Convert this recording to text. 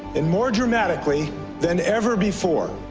and more dramatically than ever before.